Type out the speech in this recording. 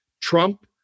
Trump